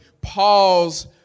Paul's